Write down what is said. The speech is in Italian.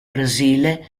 brasile